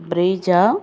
Brezza